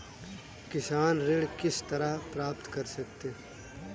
किसान ऋण किस तरह प्राप्त कर सकते हैं?